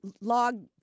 log